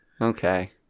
Okay